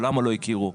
למה לא הכירו?